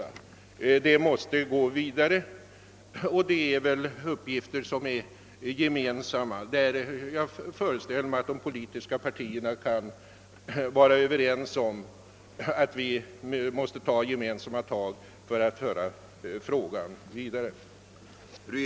Det arbetet måste gå vidare och här gäller det gemensamma uppgifter, där jag föreställer mig att de politiska partierna kan vara överens om att ta gemensamma tag för att föra frågan vidare.